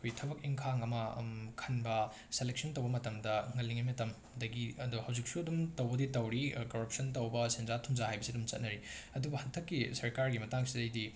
ꯑꯩꯈꯣꯏ ꯊꯕꯛ ꯏꯟꯈꯥꯡ ꯑꯃ ꯈꯟꯕ ꯁꯦꯂꯦꯛꯁꯟ ꯇꯧꯕ ꯃꯇꯝꯗ ꯉꯜꯂꯤꯉꯩ ꯃꯇꯝꯗꯒꯤ ꯑꯗꯣ ꯍꯧꯖꯤꯛꯁꯨ ꯑꯗꯨꯝ ꯇꯧꯕꯨꯗꯤ ꯇꯧꯔꯤ ꯀꯔꯞꯁꯟ ꯑꯗꯨꯝ ꯁꯦꯟꯖꯥ ꯊꯨꯝꯖꯥ ꯍꯥꯏꯕꯁꯤ ꯑꯗꯨꯝ ꯆꯠꯅꯔꯤ ꯑꯗꯨꯕꯨ ꯍꯟꯇꯛꯀꯤ ꯁꯔꯀꯥꯔꯒꯤ ꯃꯇꯥꯡꯁꯤꯗꯒꯤꯗꯤ